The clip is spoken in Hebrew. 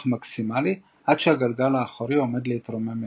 מקסימלי עד שהגלגל האחורי עומד להתרומם מהקרקע",